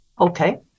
Okay